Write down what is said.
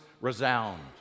resound